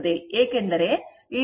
j 3 j ಆಗಿರುತ್ತದೆ